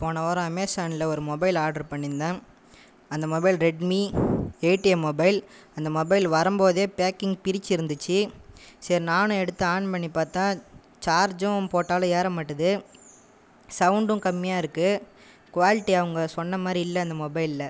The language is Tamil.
போனவாரம் அமேசானில் ஒரு மொபைல் ஆர்டர் பண்ணியிருந்தேன் அந்த mobile Redmi eight A mobile அந்த மொபைல் வரும் போது பேக்கிங் பிரிச்சுருந்துச்சு சரி நானும் எடுத்து ஆன் பண்ணி பார்த்தா சார்ஜும் போட்டாலும் ஏற மாட்டுது சவுண்டும் கம்மியாக இருக்குது குவாலிட்டி அவங்க சொன்ன மாதிரி இல்லை அந்த மொபைலில்